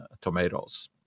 tomatoes